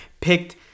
picked